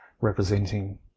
representing